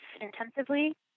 intensively